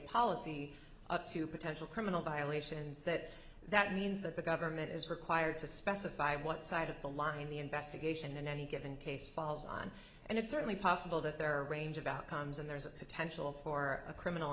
policy up to potential criminal violations that that means that the government is required to specify what side of the line the investigation in any given case falls on and it's certainly possible that there are a range of outcomes and there's a potential for a criminal